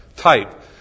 type